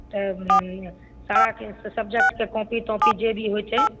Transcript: तऽ सारा किछु सब्जेक्टके कॉपी तोपि जे भी किछु होइ छै